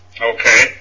Okay